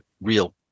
real